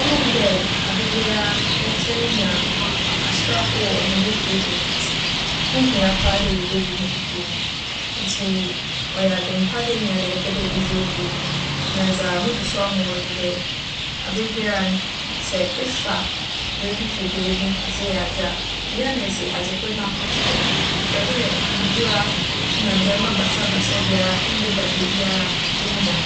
ͻnam dɛ aberbiara yɛtaa nya aserafo wͻ hɛn efiefi no ntsi, ho hia paa dɛ yebedzi hɛn fie nyi. Ntsi ͻyɛ adwen pa dɛ enya dɛ epɛ dɛ idzi wo fie nyi. Na dza mosusu ama wo nye dɛ, aberbiara no, sɛ efa biribi fi beebi dze yɛ adze a, iwie a na edze adzekor no akͻto hͻ. Hwɛ dɛ nwura na ndzɛmba basabasa biara nndeda beebiara gyangyan.